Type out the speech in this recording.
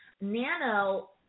Nano